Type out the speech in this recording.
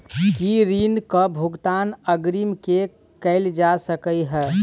की ऋण कऽ भुगतान अग्रिम मे कैल जा सकै हय?